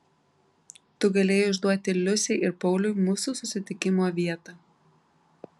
tu galėjai išduoti liusei ir pauliui mūsų susitikimo vietą